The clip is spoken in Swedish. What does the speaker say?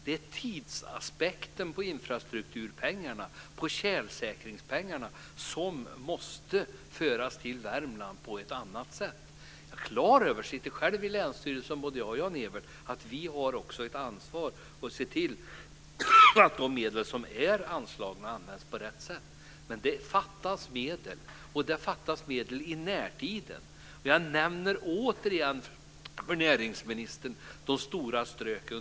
Det är tidsaspekten på infrastrukturpengarna, på tjälsäkringspengarna, som måste föras till Värmland på ett annat sätt. Både jag och Jan-Evert Rådhström sitter i länsstyrelsen. Vi är klara över att vi också har ett ansvar för att se till att de medel som är anslagna används på rätt sätt, men det fattas medel. Det fattas medel i närtid. Jag nämner återigen för näringsministern de stora stråken.